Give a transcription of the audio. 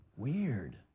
weird